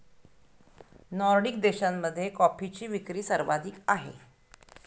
Nordic देशांमध्ये कॉफीची विक्री सर्वाधिक आहे